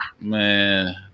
Man